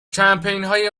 کمپینهای